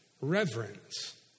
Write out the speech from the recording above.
Reverence